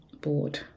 bored